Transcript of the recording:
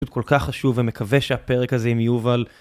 כל כך חשוב ומקווה שהפרק הזה עם יובל.